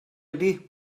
ydy